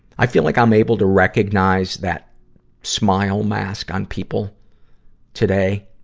i feel like i'm able to recognize that smile mask on people today,